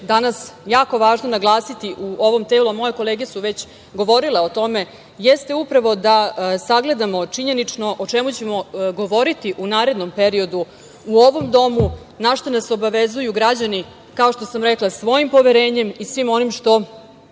danas jako važno naglasiti, a moje kolege su već govorile o tome, jeste upravo da sagledamo činjenično o čemu ćemo govoriti u narednom periodu u ovom domu, a na šta nas obavezuju građani svojim poverenjem i svim onim što